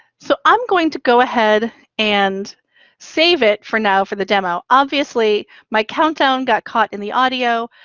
so i'm going to go ahead and save it for now for the demo. obviously, my countdown got caught in the audio.